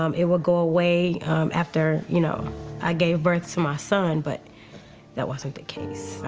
um it would go away after you know i gave birth to my son. but that wasn't the case.